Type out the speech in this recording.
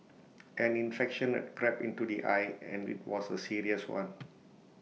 an infection had crept into the eye and IT was A serious one